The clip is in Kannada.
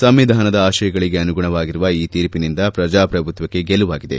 ಸಂವಿಧಾನದ ಆಶಯಗಳಿಗೆ ಆನುಗುಣವಾಗಿರುವ ಈ ತೀರ್ಪಿನಿಂದ ಪ್ರಜಾಪ್ರಭುತ್ವಕ್ಷ ಗೆಲುವಾಗಿದೆ